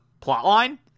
...plotline